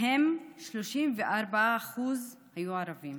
מהם 34% היו ערבים.